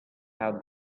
out